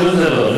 שום דבר.